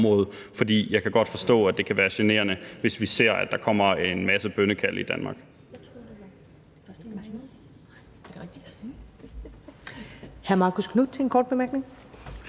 for jeg kan godt forstå, at det kan være generende, hvis vi ser, at der kommer en masse bønnekald i Danmark.